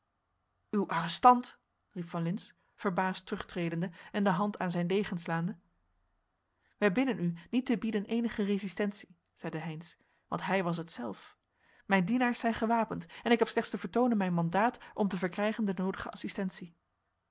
uw arrestant riep van lintz verbaasd terugtredende en de hand aan zijn degen slaande wij bidden u niet te bieden eenige resistentie zeide heynsz want hij was het zelf mijn dienaars zijn gewapend en ik heb slechts te vertoonen mijn mandaat om te verkrijgen de noodige assistentie